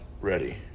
ready